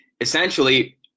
essentially